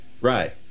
right